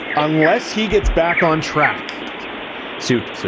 unless he gets back on track suit, so